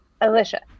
Alicia